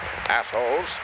Assholes